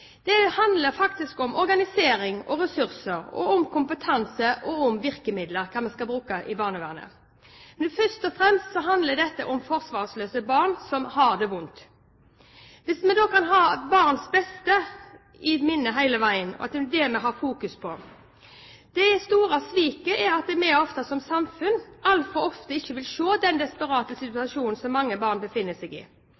Det handler om organisering og ressurser, om kompetanse og om hvilke virkemidler vi skal bruke i barnevernet. Men først og fremst handler dette om forsvarsløse barn som har det vondt. Hvis vi da kunne ha barnets beste i minne hele veien, at det er det vi fokuserer på! Det store sviket er at vi som samfunn altfor ofte ikke vil se den desperate